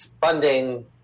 funding